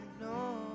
no